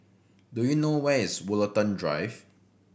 do you know where is Woollerton Drive